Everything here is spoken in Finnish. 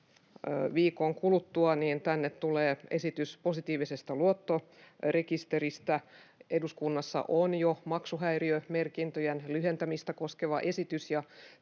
viikon kuluttua tänne tulee esitys positiivisesta luottorekisteristä. Eduskunnassa on jo maksuhäiriömerkintöjen lyhentämistä koskeva esitys.